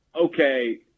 okay